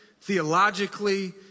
theologically